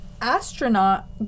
astronaut